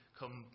come